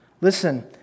Listen